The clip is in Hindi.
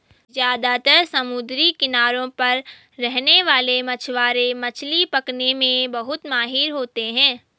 ज्यादातर समुद्री किनारों पर रहने वाले मछवारे मछली पकने में बहुत माहिर होते है